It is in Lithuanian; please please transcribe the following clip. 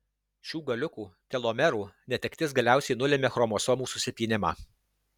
šių galiukų telomerų netektis galiausiai nulemia chromosomų susipynimą